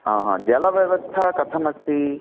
जलव्यवस्था कथमस्ति